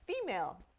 female